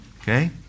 Okay